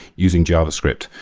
using javascript.